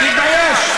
תתבייש.